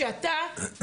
אתה,